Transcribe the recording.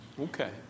Okay